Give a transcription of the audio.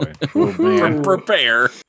Prepare